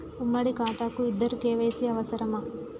ఉమ్మడి ఖాతా కు ఇద్దరు కే.వై.సీ అవసరమా?